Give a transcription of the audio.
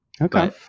Okay